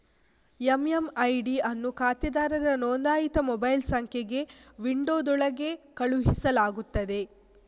MMID ಅನ್ನು ಖಾತೆದಾರರ ನೋಂದಾಯಿತ ಮೊಬೈಲ್ ಸಂಖ್ಯೆಗೆ ವಿಂಡೋದೊಳಗೆ ಕಳುಹಿಸಲಾಗುತ್ತದೆ